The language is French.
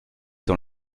dans